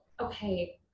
okay